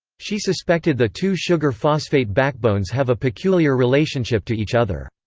she suspected the two sugar-phosphate backbones have a peculiar relationship to each other.